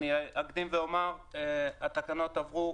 אני אקדים ואומר שהתקנות עברו,